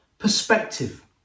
perspective